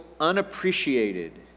unappreciated